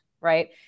right